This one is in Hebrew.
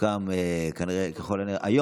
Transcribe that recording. תוקם ככל הנראה,